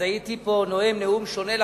אז הייתי פה נואם נאום שונה לחלוטין,